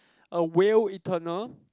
a will eternal